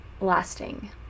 lasting